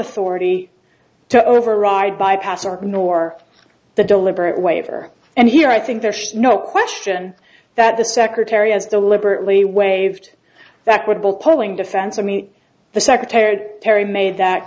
authority to override bypass or nor the deliberate waiver and here i think there's no question that the secretary has deliberately waived that would build poling defense i mean the secretary perry made that